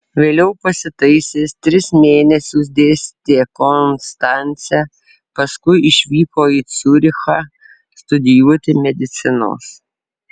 vėliau pasitaisęs tris mėnesius dėstė konstance paskui išvyko į ciurichą studijuoti medicinos